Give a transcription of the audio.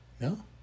no